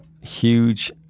huge